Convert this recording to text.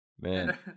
man